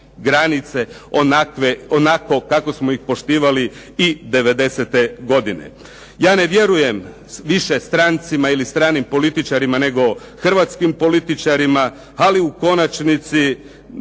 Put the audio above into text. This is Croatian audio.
granice onako kako smo ih poštovali i '90. godine. Ja ne vjerujem više strancima ili stranim političarima nego hrvatskim političarima, ali u konačnici,